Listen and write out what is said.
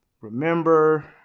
Remember